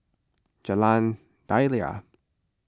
Jalan Daliah